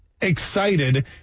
excited